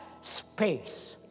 space